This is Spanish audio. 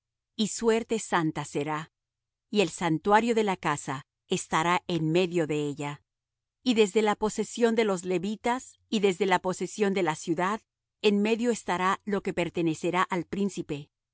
y suerte santa será y el santuario de la casa estará en medio de ella y desde la posesión de los levitas y desde la posesión de la ciudad en medio estará lo que pertenecerá al príncipe